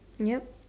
yup